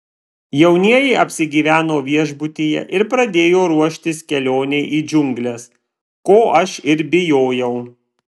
jaunieji apsigyveno viešbutyje ir pradėjo ruoštis kelionei į džiungles ko aš ir bijojau